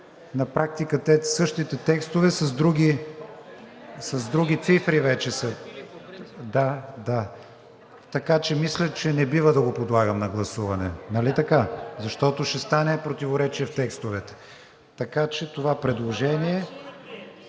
на практика същите текстове с други цифри вече са. Да, да, така че не бива да го подлагам на гласуване, нали така? Защото ще стане противоречие в текстовете. Така че това предложение